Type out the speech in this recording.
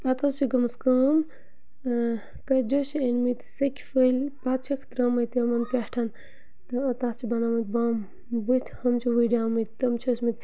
پَتہٕ حظ چھِ گٔمٕژ کٲم کٔتجو چھِ أنۍمٕتۍ سٮ۪کہِ پھٔلۍ پَتہٕ چھِکھ ترٛٲمٕتۍ تِمَن پٮ۪ٹھ تہٕ تَتھ چھِ بَنٲمٕتۍ بم بٕتھۍ ہُم چھِ ؤڑیمٕتۍ تِم چھِ ٲسۍمٕتۍ